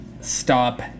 stop